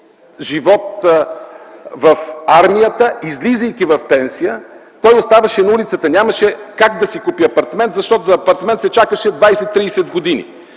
живот в армията, излизайки в пенсия, оставаше на улицата. Нямаше как да си купи апартамент, защото за апартамент се чакаше 20 30 години.